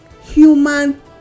human